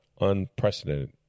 unprecedented